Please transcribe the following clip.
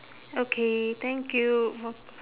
okay thank you for